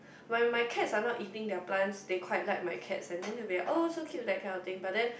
when my cats are not eating their plants they quite like my cats and then they'll be like oh so cute that kind of thing but then